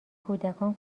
کودکان